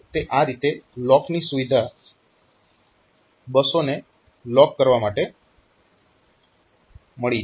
તો તે રીતે આ લોક ની સુવિધા પ્રોસેસર માટે બસોને લોક કરવા માટે મળી છે